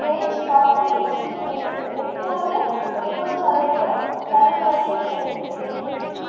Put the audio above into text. rage coffee instant மீண்டும் எப்போது தொண்ணூறு சதவீதம் தள்ளுபடி விலையில் கிடைக்கும்